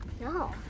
No